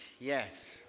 yes